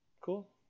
Cool